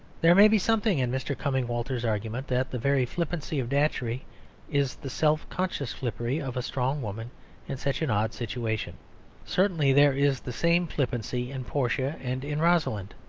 there may be something in mr. cumming walters's argument that the very flippancy of datchery is the self-conscious flippancy of a strong woman in such an odd situation certainly there is the same flippancy in portia and in rosalind.